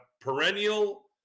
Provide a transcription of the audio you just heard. perennial